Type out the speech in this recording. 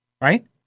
right